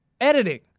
editing